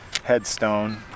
headstone